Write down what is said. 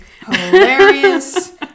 hilarious